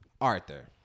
Arthur